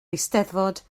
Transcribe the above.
eisteddfod